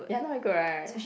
ya not very good right